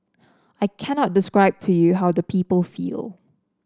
I cannot describe to you how the people feel